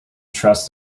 trust